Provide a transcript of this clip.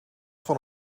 van